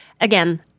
again